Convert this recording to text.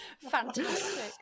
Fantastic